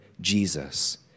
Jesus